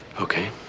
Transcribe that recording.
Okay